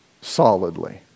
solidly